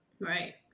Right